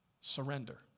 surrender